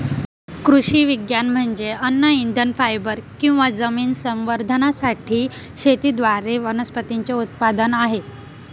कृषी विज्ञान म्हणजे अन्न इंधन फायबर किंवा जमीन संवर्धनासाठी शेतीद्वारे वनस्पतींचे उत्पादन आहे